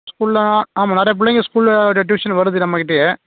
ஸ்கூலில் ஆமாம் நிறைய பிள்ளைங்க ஸ்கூலில் அப்படியே டியூஷன் வருது நம்மக்கிட்டேயே